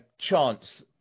chance